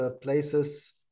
places